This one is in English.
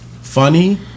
funny